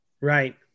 Right